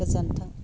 गोजोनथों